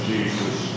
Jesus